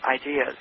ideas